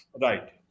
Right